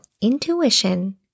intuition